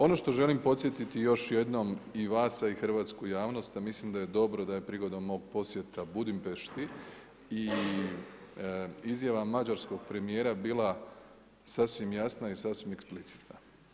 Ono što želim podsjetiti još jedno i vas a i hrvatsku javnost a mislim da je dobro da je prigodom mog posjeta Budimpešti i izjavama mađarskog premijera bila sasvim jasna i sasvim eksplicitna.